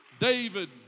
David